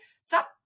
Stop